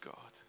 God